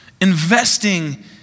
investing